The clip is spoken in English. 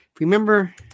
Remember